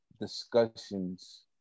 discussions